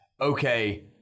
okay